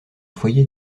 foyer